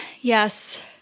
yes